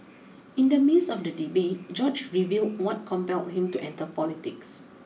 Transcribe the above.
in the midst of the debate George revealed what compelled him to enter politics